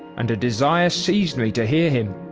and a desire ceased me to hear him.